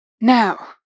Now